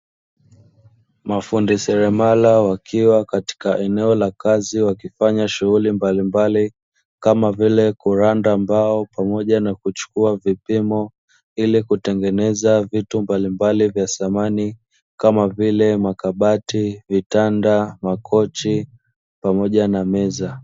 Mafundi seremala wakiwa katika eneo la kazi, wakifanya shughuli mbalimbali kama vile kuranda mbao pamoja na kuchukua vipimo ili kutengeneza vitu mbalimbali vya samani, kama vile: makabati, vitanda, makochi pamoja na meza.